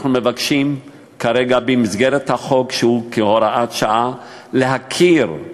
אנחנו מבקשים במסגרת החוק, שהוא הוראת שעה, להכיר,